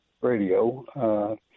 radio